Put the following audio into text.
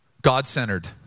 God-centered